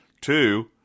Two